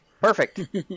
Perfect